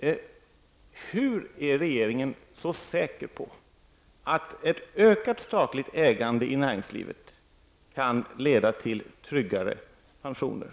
Hur kan regeringen vara så säker på att ett ökat statligt ägande i näringslivet kommer att leda till tryggare pensioner?